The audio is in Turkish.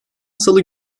salı